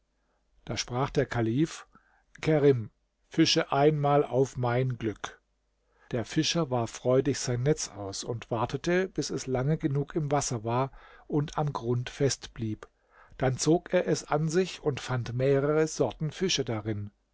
da sprach der kalif kerim fische einmal auf mein glück der fischer warf freudig sein netz aus und wartete bis es lang genug im wasser war und am grund fest blieb dann zog er es an sich und fand mehrere sorten fische darin